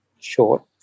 short